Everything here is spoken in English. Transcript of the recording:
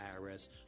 IRS